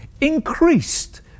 increased